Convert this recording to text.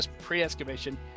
pre-excavation